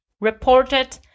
reported